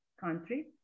country